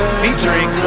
featuring